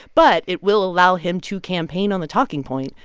but it will allow him to campaign on the talking point,